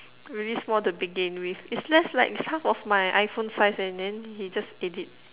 already small to begin with it's less like it's half of my iPhone size and then he just ate it